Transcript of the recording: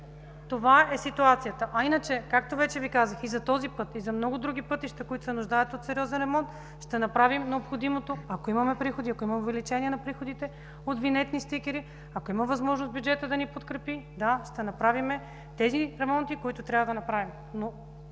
ЛИЛЯНА ПАВЛОВА: А иначе, казах: и за този път, и за много други пътища, които се нуждаят от сериозен ремонт, ще направим необходимото, ако имаме приходи, ако има увеличение на приходите от винетни стикери, ако има възможност бюджетът да ни подкрепи – да, ще направим ремонтите, които трябва да направим.